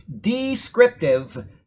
descriptive